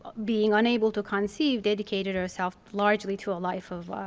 being unable to conceive, dedicated herself largely to a life of